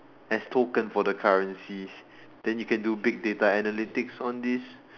as token for the currencies then you can do big data analytics on these